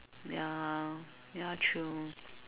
ya ya true